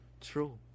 True